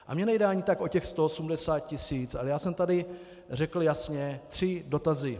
A mně nejde ani tak o těch 180 tisíc, ale já jsem tady řekl jasně tři dotazy.